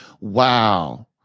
wow